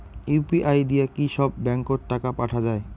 UPI দিয়া কি সব ব্যাংক ওত টাকা পাঠা যায়?